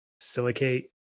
silicate